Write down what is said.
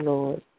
Lord